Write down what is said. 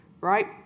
right